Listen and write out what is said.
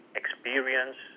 experience